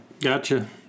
Gotcha